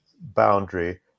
boundary